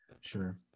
sure